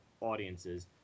audiences